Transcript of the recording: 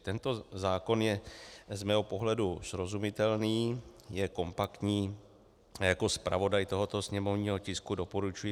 Tento zákon je z mého pohledu srozumitelný, je kompaktní a jako zpravodaj tohoto sněmovního tisku doporučuji